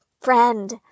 friend